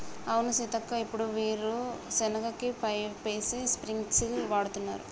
అవును సీతక్క ఇప్పుడు వీరు సెనగ కి పైపేసి స్ప్రింకిల్స్ వాడుతున్నారు